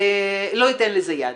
אני לא אתן לזה יד.